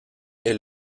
est